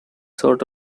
sort